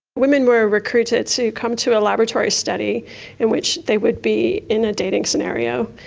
women were recruited to come to a laboratory study in which they would be in a dating scenario.